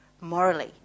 morally